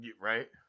Right